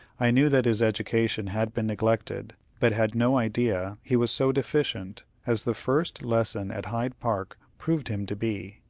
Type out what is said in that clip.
i knew that his education had been neglected, but had no idea he was so deficient as the first lesson at hyde park proved him to be.